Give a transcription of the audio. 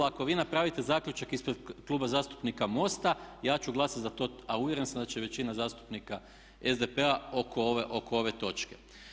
Ako vi napravite zaključak ispred Kluba zastupnika MOST-a, ja ću glasati za to a uvjeren sam da će i većina zastupnika SDP-a oko ove točke.